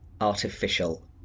artificial